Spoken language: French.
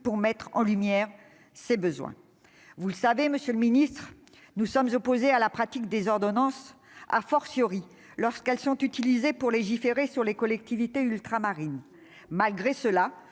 pour mettre en lumière ces besoins. Vous le savez, monsieur le ministre, nous sommes opposés à la pratique des ordonnances, lorsqu'elles sont utilisées pour légiférer sur les collectivités ultramarines. Toutefois,